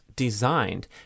designed